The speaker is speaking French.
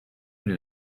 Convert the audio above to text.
une